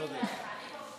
אתה צודק.